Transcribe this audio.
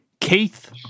Keith